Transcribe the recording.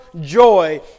joy